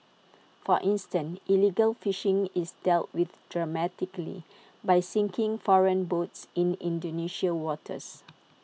for instance illegal fishing is dealt with dramatically by sinking foreign boats in Indonesian waters